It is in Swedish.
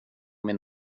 min